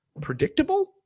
predictable